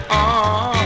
on